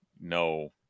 no